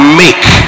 make